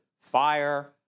Fire